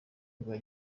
rwa